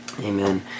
Amen